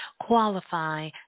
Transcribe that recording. qualify